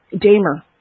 Damer